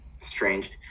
Strange